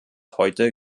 heute